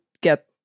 get